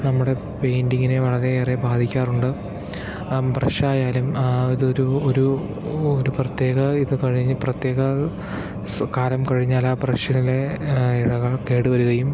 നമ്മുടെ പെയിന്റിങ്ങിനെ വളരെ ഏറെ ബാധിക്കാറുണ്ട് ആ ബ്രഷായാലും അതൊരു ഒരു ഒരു പ്രത്യേക ഇതു കഴിഞ്ഞു പ്രത്യേക സു കാലം കഴിഞ്ഞാൽ ആ ബ്രഷിലെ ഇഴകൾ കേടുവരികയും